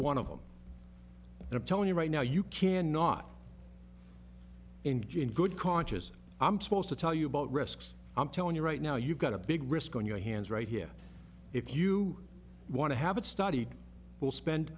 one of them and i'm telling you right now you can not in good conscious i'm supposed to tell you about risks i'm telling you right now you've got a big risk on your hands right here if you want to have it study we'll spend